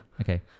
Okay